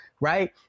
Right